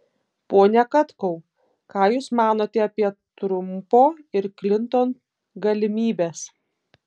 pone katkau ką jūs manote apie trumpo ir klinton galimybes